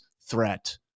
threat